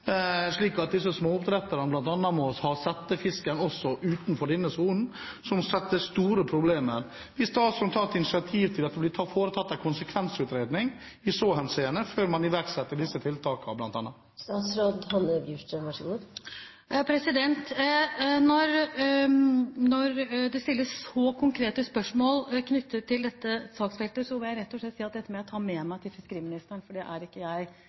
slik at disse småoppdretterne bl.a. må ha settefisken også utenfor denne sonen, som vil skape store problemer? Vil statsråden ta initiativ til at det blir foretatt en konsekvensutredning i så henseende før man iverksetter bl.a. disse tiltakene? Når det stilles så konkrete spørsmål knyttet til dette saksfeltet, må jeg rett og slett si at dette må jeg ta med meg til fiskeriministeren, for det er jeg ikke forberedt på å kunne svare på. Jeg